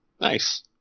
Nice